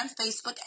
Facebook